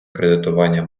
кредитування